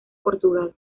portugal